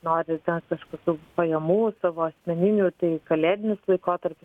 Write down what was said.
nori tenkažkokių pajamų savo asmeninių tai kalėdinis laikotarpis